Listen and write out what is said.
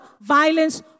violence